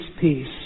peace